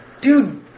Dude